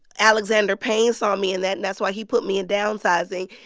alexander payne saw me in that and that's why he put me in downsizing.